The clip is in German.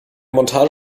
montage